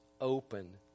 open